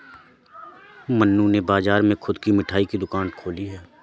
मन्नू ने बाजार में खुद की मिठाई की दुकान खोली है